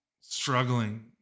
struggling